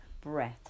Breath